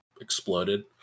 exploded